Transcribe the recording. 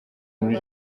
muri